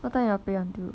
what time you all play until